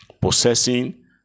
Possessing